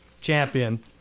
champion